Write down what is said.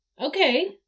Okay